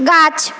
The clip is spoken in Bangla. গাছ